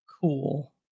cool